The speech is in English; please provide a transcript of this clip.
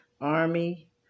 Army